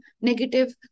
negative